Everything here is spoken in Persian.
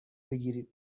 بگیرید